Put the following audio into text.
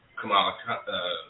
Kamala